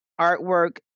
artwork